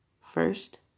First